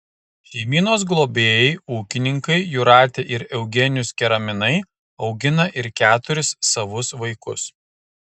šeimynos globėjai ūkininkai jūratė ir eugenijus keraminai augina ir keturis savus vaikus